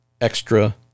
extra